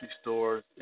stores